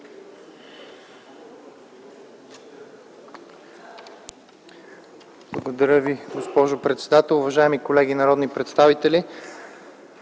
Благодаря Ви, госпожо председател. Уважаеми колеги народни представители!